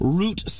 root